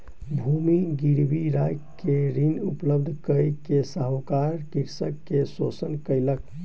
भूमि गिरवी राइख के ऋण उपलब्ध कय के साहूकार कृषक के शोषण केलक